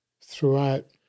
throughout